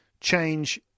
change